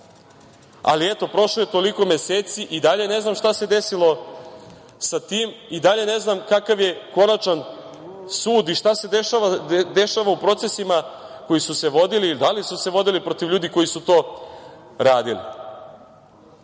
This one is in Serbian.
je? Eto, prošlo je toliko meseci i dalje ne znam šta se desilo sa tim i dalje ne znam kakav je konačan sud i šta se dešava u procesima koji su se vodili i da li su se vodili protiv ljudi koji su to radili. Takođe,